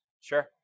Sure